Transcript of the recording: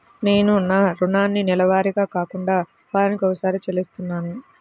నేను నా రుణాన్ని నెలవారీగా కాకుండా వారానికోసారి చెల్లిస్తున్నాను